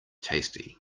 tasty